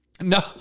No